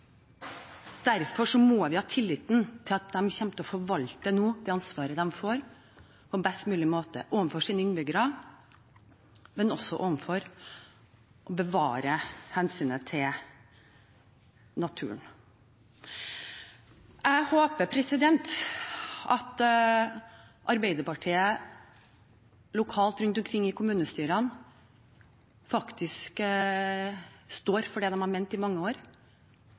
Derfor må vi ha tillit til at de nå kommer til å forvalte det ansvaret de får, på en best mulig måte – overfor sine innbyggere, men også når det gjelder hensynet naturen. Jeg håper at Arbeiderpartiet lokalt rundt omkring i kommunestyrene står for det de har ment i mange år,